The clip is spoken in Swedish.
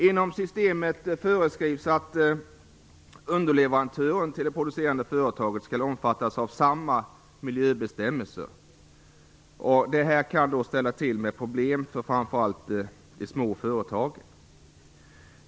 Inom systemet föreskrivs att underleverantören till det producerande företaget skall omfattas av samma miljöbestämmelser. Detta kan ställa till med problem för framför allt de små företagen.